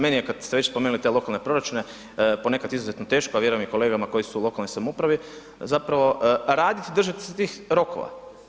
Meni je kada ste već spomenuli te lokalne proračune ponekad izuzetno teško, a vjerujem i kolegama koji su lokalnoj samoupravi, a zapravo raditi se i držati se tih rokova.